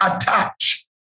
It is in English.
attach